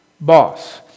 boss